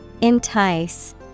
Entice